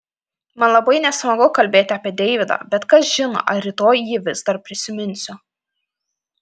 man labai nesmagu kalbėti apie deividą bet kas žino ar rytoj jį vis dar prisiminsiu